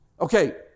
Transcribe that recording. Okay